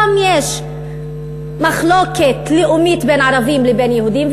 גם יש מחלוקת לאומית בין ערבים לבין יהודים,